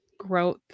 growth